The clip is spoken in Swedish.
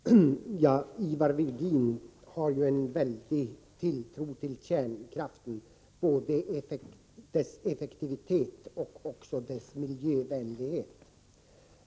Herr talman! Ivar Virgin sätter mycket stor tilltro till kärnkraften, både när det gäller dess effektivitet och när det gäller dess miljövänlighet.